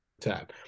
tab